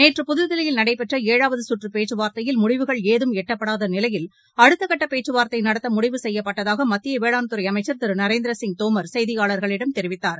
நேற்று புதுதில்லியில் நடைபெற்ற ஏழாவது சுற்று பேச்சுவார்த்தையில் முடிவுகள் ஏதும் எட்டப்படாத நிலையில் அடுத்தக்கட்ட பேச்சுவார்த்தை நடத்த முடிவு செய்யப்பட்டதாக மத்திய வேளாண்துறை அமைச்சர் திரு நரேந்திரசிங் தோமர் செய்தியாளர்களிடம் தெரிவித்தார்